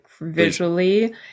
visually